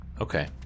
Okay